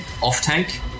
off-tank